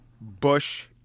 Bush